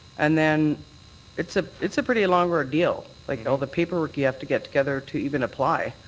and then it's ah it's a pretty long ordeal, like all the paperwork you have to get together to even apply.